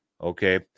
okay